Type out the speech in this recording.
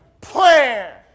plan